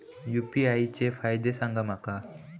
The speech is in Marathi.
यू.पी.आय चे फायदे सांगा माका?